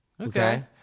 Okay